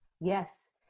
Yes